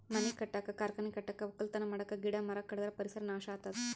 ಮನಿ ಕಟ್ಟಕ್ಕ್ ಕಾರ್ಖಾನಿ ಕಟ್ಟಕ್ಕ್ ವಕ್ಕಲತನ್ ಮಾಡಕ್ಕ್ ಗಿಡ ಮರ ಕಡದ್ರ್ ಪರಿಸರ್ ನಾಶ್ ಆತದ್